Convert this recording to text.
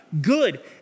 Good